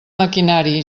maquinari